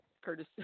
Curtis